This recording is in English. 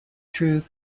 through